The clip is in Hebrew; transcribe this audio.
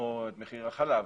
או את מחיר החלב.